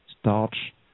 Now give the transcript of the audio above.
starch